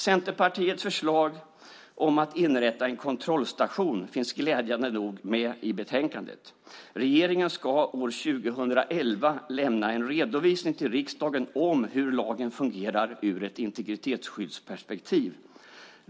Centerpartiets förslag att inrätta en kontrollstation finns glädjande nog med i betänkandet. Regeringen ska år 2011 lämna en redovisning till riksdagen om hur lagen fungerar ur ett integritetsskyddsperspektiv.